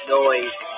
noise